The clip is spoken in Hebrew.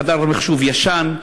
חדר המחשב ישן,